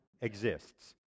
exists